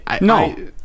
No